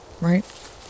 right